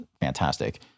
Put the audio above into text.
fantastic